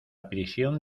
prisión